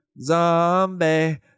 Zombie